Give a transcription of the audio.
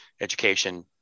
education